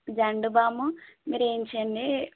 Zandu balm మీరు ఏమి చేయండి